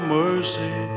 mercy